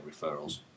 referrals